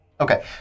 Okay